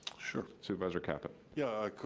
sure. supervisor caput. yeah,